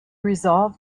resolved